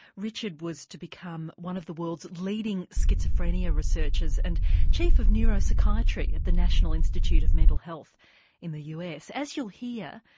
richard was to become one of the world's leading schizophrenia researchers and chief of neuropsychiatry at the national institute of mental health in the us. as you'll hear,